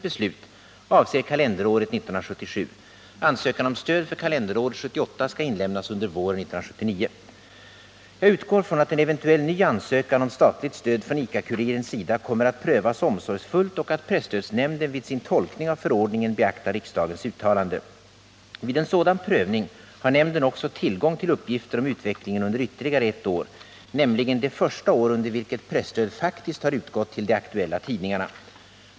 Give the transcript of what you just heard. Jag utgår från att en eventuell ny ansökan om statligt stöd från ICA Kurirens sida kommer att prövas omsorgsfullt och att presstödsnämnden vid sin tolkning av förordningen beaktar riksdagens uttalande. Vid en sådan prövning har nämnden också tillgång till uppgifter om utvecklingen under ytterligare ett år, nämligen det första år under vilket presstöd faktiskt har utgått till de aktuella tidningarna.